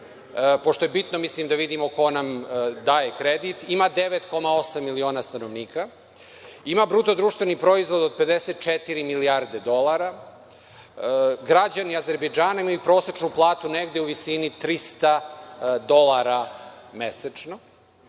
pošto je bitno, da vidimo ko nam daje kredit, ima 9,8 miliona stanovnika, ima BDP od 54 milijarde dolara. Građani Azerbejdžana imaju prosečnu platu negde u visini 300 dolara mesečno.